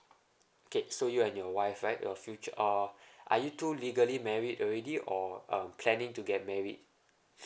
okay so you and your wife right your futur~ uh are you two legally married already or uh planning to get married